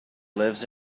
lives